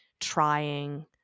trying